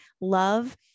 love